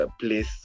place